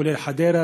כולל חדרה,